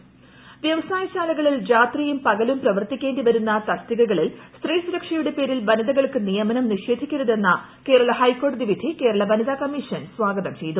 ഹൈക്കോടതി വിധി വ്യവസായ ശാലകളിൽ രാത്രിയും പ്രകലും പ്രവർത്തിക്കേ ണ്ടിവരുന്ന തസ്തികകളിൽ സ്ത്രീ സുരക്ഷയുടെ പേരിൽ വനിതകൾക്ക് നിയമനം നിഷേധിക്കരുതെന്ന് കേരള ഹൈക്കോടതി വിധി കേരള വനിതാ കമ്മിഷ്ടൻ സ്ാഗതം ചെയ്തു